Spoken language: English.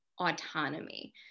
autonomy